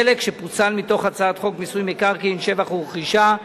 חלק שפוצל מתוך הצעת חוק מיסוי מקרקעין (שבח ורכישה)